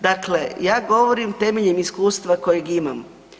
Dakle, ja govorim temeljem iskustava kojeg imam.